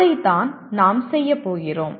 அதைத்தான் நாம் செய்யப் போகிறோம்